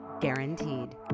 guaranteed